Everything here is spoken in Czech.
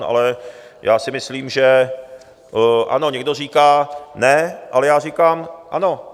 Ale já si myslím, že... ano, někdo říká ne, ale já říkám ano.